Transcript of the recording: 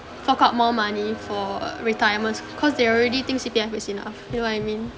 fork out more money for retirements cause they already think C_P_F is enough you know what I mean